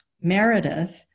Meredith